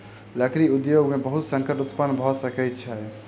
लकड़ी उद्योग में बहुत संकट उत्पन्न भअ सकै छै